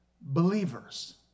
believers